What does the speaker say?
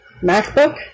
MacBook